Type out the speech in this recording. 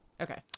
Okay